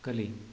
ಕಲಿ